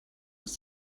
ist